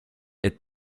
est